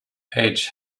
age